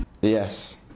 Yes